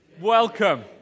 Welcome